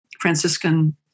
Franciscan